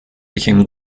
became